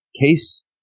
Case